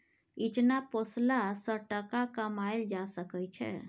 इचना पोसला सँ टका कमाएल जा सकै छै